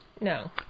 No